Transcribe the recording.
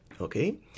Okay